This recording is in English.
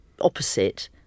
opposite